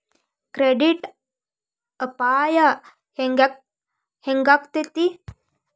Credit ಅಪಾಯಾ ಹೆಂಗಾಕ್ಕತೇ?